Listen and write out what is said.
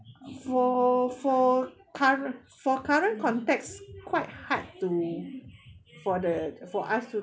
for for current for current context quite hard to for the for us to